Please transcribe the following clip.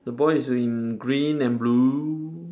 the boy is in green and blue